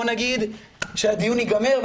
כשהדיון ייגמר,